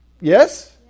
Yes